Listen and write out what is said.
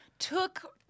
Took